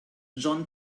john